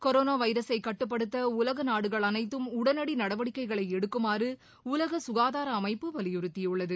corona வைரஸை கட்டுப்படுத்த உலக நாடுகள் அனைத்தும் உடனடி நடவடிக்கைகளை எடுக்குமாறு உலக ககாதார அமைப்பு வலியுறுத்தியுள்ளது